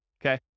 okay